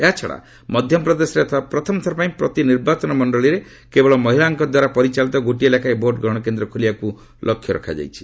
ଏହାଛଡ଼ା ମଧ୍ୟପ୍ରଦେଶରେ ଏଥର ପ୍ରଥମଥର ପାଇଁ ପ୍ରତି ନିର୍ବାଚନ ମଣ୍ଡଳୀରେ କେବଳ ମହିଳାଙ୍କ ଦ୍ୱାରା ପରିଚାଳିତ ଗୋଟିଏ ଲେଖାଏଁ ଭୋଟ୍ ଗ୍ରହଣ କେନ୍ଦ୍ର ଖୋଲିବାକୁ ଲକ୍ଷ୍ୟ ରଖାଯାଇଛି